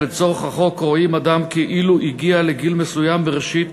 שלצורך החוק רואים אדם כאילו הגיע לגיל מסוים בראשית